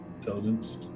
Intelligence